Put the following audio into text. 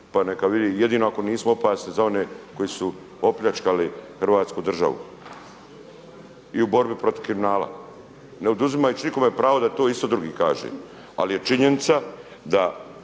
pa neka vidi. Jedino ako nisu opasne za one koji su opljačkali Hrvatsku državu i u borbi protiv kriminala ne oduzimajući nikome pravo da to isto drugi kaže. Ali je činjenica da